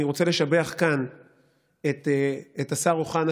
אני רוצה לשבח כאן את השר אוחנה,